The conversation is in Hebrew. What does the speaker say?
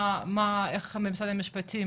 איך הממסד המשפטי,